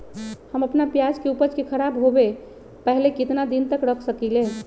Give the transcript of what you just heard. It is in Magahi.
हम अपना प्याज के ऊपज के खराब होबे पहले कितना दिन तक रख सकीं ले?